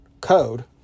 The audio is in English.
code